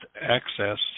access